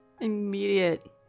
immediate